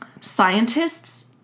scientists